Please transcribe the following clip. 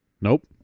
Nope